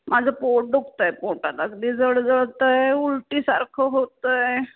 माझं पोट दुखत आहे पोटात अगदी जळजळत आहे उलटीसारखं होत आहे